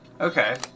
Okay